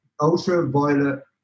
ultraviolet